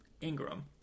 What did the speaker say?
Ingram